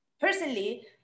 personally